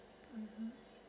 mm